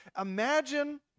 Imagine